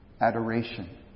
Adoration